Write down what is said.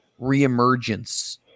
reemergence